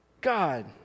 God